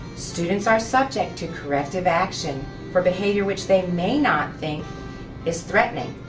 students are subject to corrective action for behavior which they may not think is threatening,